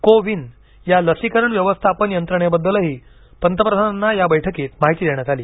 को विन या लसीकरण व्यवस्थापन यंत्रणेबद्दलही पंतप्रधानांना या बैठकीत माहिती देण्यात आली